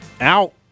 Out